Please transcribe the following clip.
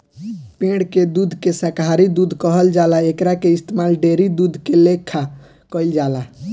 पेड़ के दूध के शाकाहारी दूध कहल जाला एकरा के इस्तमाल डेयरी दूध के लेखा कईल जाला